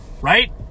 right